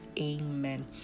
amen